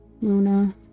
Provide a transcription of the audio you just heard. Luna